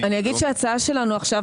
אני אגיד שההצעה שלנו עכשיו,